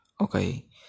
okay